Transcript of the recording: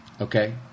Okay